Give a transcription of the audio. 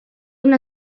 una